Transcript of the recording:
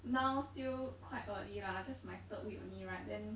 now still quite early lah just my third week only right then